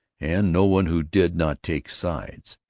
and no one who did not take sides.